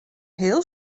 heel